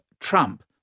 Trump